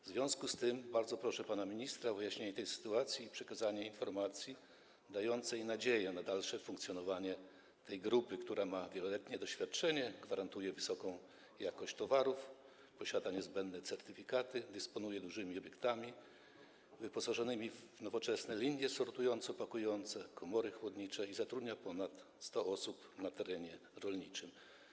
W związku z tym bardzo proszę pana ministra o wyjaśnienie tej sytuacji i przekazanie informacji dającej nadzieję na dalsze funkcjonowanie tej grupy, która ma wieloletnie doświadczenie, gwarantuje wysoką jakość towarów, posiada niezbędne certyfikaty, dysponuje dużymi obiektami wyposażonymi w nowoczesne linie sortująco-pakujące, komory chłodnicze i zatrudnia ponad 100 osób na terenie rolniczym.